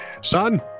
Son